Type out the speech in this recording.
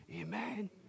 Amen